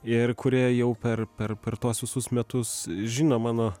ir kurie jau per per per tuos visus metus žino mano